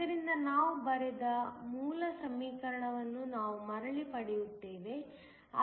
ಆದ್ದರಿಂದ ನಾವು ಬರೆದ ಮೂಲ ಸಮೀಕರಣವನ್ನು ನಾವು ಮರಳಿ ಪಡೆಯುತ್ತೇವೆ